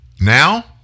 Now